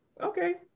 okay